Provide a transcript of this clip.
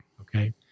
Okay